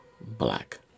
black